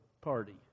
party